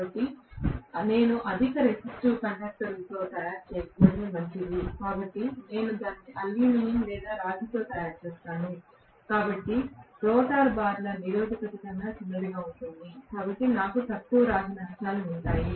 కాబట్టి నేను అధిక రెసిస్టివ్ కండక్టర్లతో తయారు చేయకపోవడమే మంచిది కాబట్టి నేను దానిని అల్యూమినియం లేదా రాగితో తయారు చేస్తాను అందువల్ల రోటర్ బార్ల నిరోధకత చిన్నదిగా ఉంటుంది కాబట్టి నాకు తక్కువ రోటర్ రాగి నష్టాలు ఉంటాయి